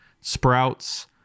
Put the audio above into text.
Sprouts